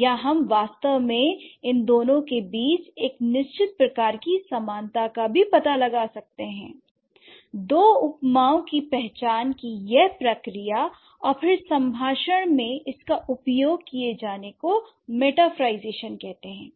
या हम वास्तव में इन दोनों के बीच एक निश्चित प्रकार की समानता का पता लगा सकते हैं I दो उपमाओं की पहचान की यह प्रक्रिया और फिर संभाषण में इसका उपयोग किए जाने को मेटाफरlईजेशन कहते है